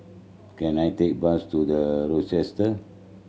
can I take bus to The Rochester